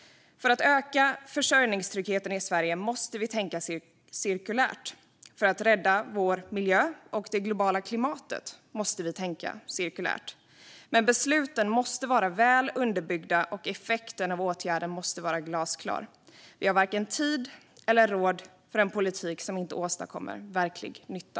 För att öka försörjningstryggheten i Sverige måste vi tänka cirkulärt. För att rädda vår miljö och det globala klimatet måste vi tänka cirkulärt. Men besluten måste vara väl underbyggda, och effekten av åtgärden måste vara glasklar. Vi har varken tid eller råd med en politik som inte åstadkommer verklig nytta.